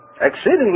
exceedingly